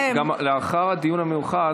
לאחר הדיון המיוחד,